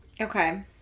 Okay